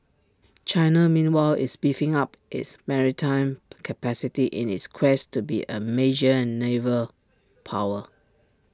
China meanwhile is beefing up its maritime capacity in its quest to be A major naval power